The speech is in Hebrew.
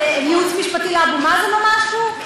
לייעוץ משפטי לאבו מאזן או משהו?